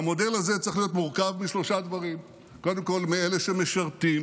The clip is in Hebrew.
והמודל הזה צריך להיות מורכב משלושה דברים: קודם כול מאלה שמשרתים,